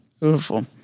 beautiful